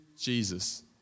Jesus